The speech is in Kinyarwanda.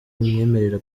bimwemerera